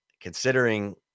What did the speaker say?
considering